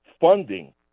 funding